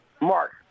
mark